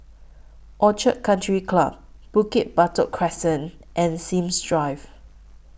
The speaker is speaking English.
Orchid Country Club Bukit Batok Crescent and Sims Drive